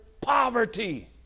poverty